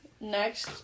Next